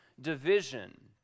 division